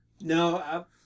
no